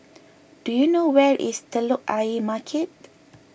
do you know where is Telok Ayer Market